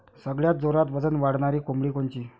सगळ्यात जोरात वजन वाढणारी कोंबडी कोनची?